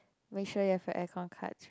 make sure you have a aircon cards